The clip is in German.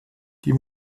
die